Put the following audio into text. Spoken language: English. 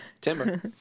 Timber